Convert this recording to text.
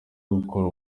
gukora